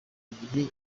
igihe